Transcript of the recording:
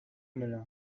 müller